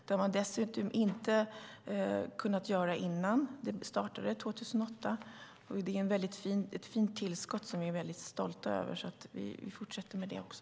Det har man dessutom inte kunnat göra före starten 2008. Det är mycket fint tillskott som vi är mycket stolta över, så vi fortsätter med det också.